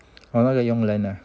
oh 那个佣人啊